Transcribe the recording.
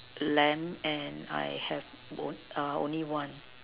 lamb and I have both only one